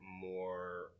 more